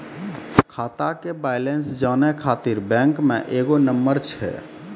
खाता के बैलेंस जानै ख़ातिर बैंक मे एगो नंबर छै?